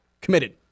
committed